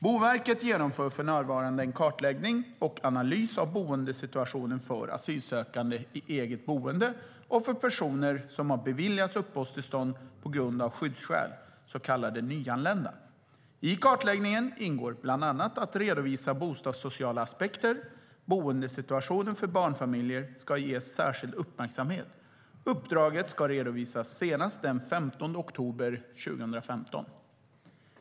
Boverket genomför för närvarande en kartläggning och analys av boendesituationen för asylsökande i eget boende och för personer som har beviljats uppehållstillstånd av skyddsskäl, så kallade nyanlända. I kartläggningen ingår bland annat att redovisa bostadssociala aspekter. Boendesituationen för barnfamiljer ska ges särskild uppmärksamhet. Uppdraget ska redovisas senast den 15 oktober 2015.